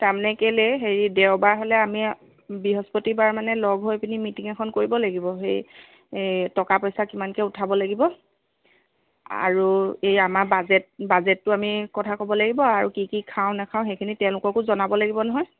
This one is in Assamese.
তাৰমানে কেলে হেৰি দেওবাৰ হ'লে আমি বৃহস্পতিবাৰ মানে লগ হৈ পিনি মিটিং এখন কৰিব লাগিব এই টকা পইচা কিমানকৈ উঠাব লাগিব আৰু আমাৰ এই বাজেট বাজেটতো আমি কথা ক'ব লাগিব আৰু কি কি খাওঁ নাখাওঁ সেইখিনি তেওঁলোককো জনাব লাগিব নহয়